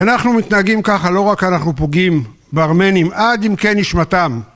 אנחנו מתנהגים ככה לא רק אנחנו פוגעים בארמנים עד עמקי נשמתם